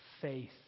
faith